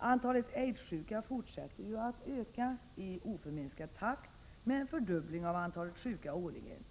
Antalet aidssjuka fortsätter att öka i oförminskad takt, med en fördubbling av antalet sjuka årligen.